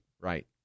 right